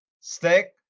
Stick